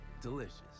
delicious